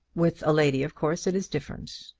with a lady of course it is different.